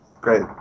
great